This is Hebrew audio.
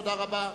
תודה רבה.